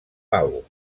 pau